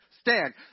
stand